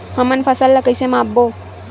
हमन फसल ला कइसे माप बो?